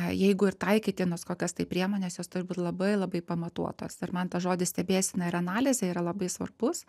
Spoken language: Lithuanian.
na jeigu ir taikytinos kokios tai priemonės jos turi būt labai labai pamatuotos ir man tas žodis stebėsena ir analizė yra labai svarbus